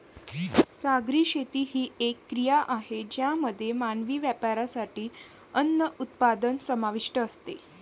सागरी शेती ही एक क्रिया आहे ज्यामध्ये मानवी वापरासाठी अन्न उत्पादन समाविष्ट असते